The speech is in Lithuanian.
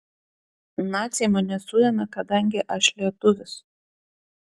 naciai mane suėmė kadangi aš lietuvis